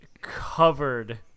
covered